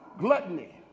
gluttony